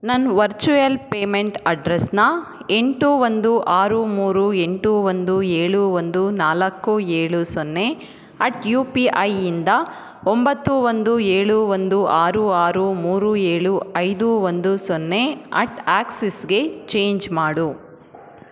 ನನ್ನ virtual payment ಅಡ್ರೆಸನ್ನು ಎಂಟು ಒಂದು ಆರು ಮೂರು ಎಂಟು ಒಂದು ಏಳು ಒಂದು ನಾಲ್ಕು ಏಳು ಸೊನ್ನೆ ಅಟ್ ಯು ಪಿ ಐಯಿಂದ ಒಂಬತ್ತು ಒಂದು ಏಳು ಒಂದು ಆರು ಆರು ಮೂರು ಏಳು ಐದು ಒಂದು ಸೊನ್ನೆ ಅಟ್ ಆ್ಯಕ್ಸಿಸ್ಗೆ ಚೇಂಜ್ ಮಾಡು